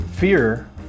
Fear